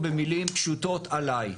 במילים פשוטות, עליי.